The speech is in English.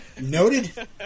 Noted